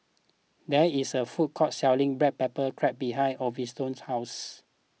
there is a food court selling Black Pepper Crab behind Osvaldo's house